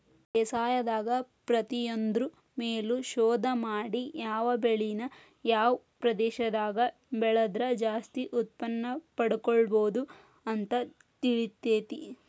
ಬೇಸಾಯದಾಗ ಪ್ರತಿಯೊಂದ್ರು ಮೇಲು ಶೋಧ ಮಾಡಿ ಯಾವ ಬೆಳಿನ ಯಾವ ಪ್ರದೇಶದಾಗ ಬೆಳದ್ರ ಜಾಸ್ತಿ ಉತ್ಪನ್ನಪಡ್ಕೋಬೋದು ಅಂತ ತಿಳಿತೇತಿ